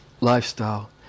lifestyle